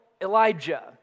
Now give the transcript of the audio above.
Elijah